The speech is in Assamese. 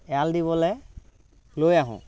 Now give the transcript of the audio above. এৰাল দিবলৈ লৈ আহোঁ